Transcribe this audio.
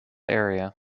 area